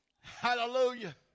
Hallelujah